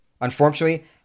unfortunately